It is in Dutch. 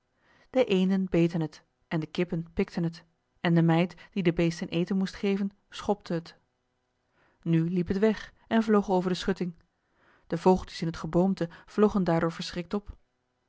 de eenden beten het en de kippen pikten het en de meid die de beesten eten moest geven schopte het nu liep het weg en vloog over de schutting de vogeltjes in het geboomte vlogen daardoor verschrikt op